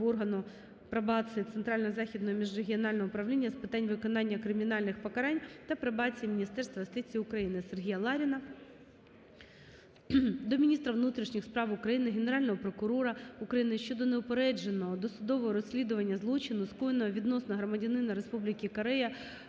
органу пробації Центрально-Західного міжрегіонального управління з питань виконання кримінальних покарань та пробації Міністерства юстиції України. Сергія Ларіна до міністра внутрішніх справ України, Генерального прокурора України щодо неупередженого досудового розслідування злочину, скоєного відносно громадянина Республіки Корея